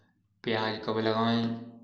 प्याज कब लगाएँ?